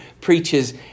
preaches